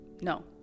No